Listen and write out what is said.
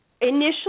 initially